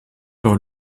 par